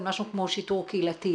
על משהו כמו שיטור קהילתי.